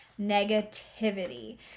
negativity